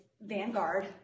Vanguard